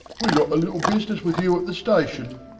we've got a little business with you at the station.